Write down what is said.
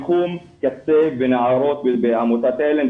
בתחום קצה ונערות בעמותת עלם,